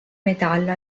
metallo